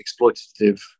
exploitative